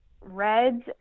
reds